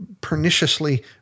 perniciously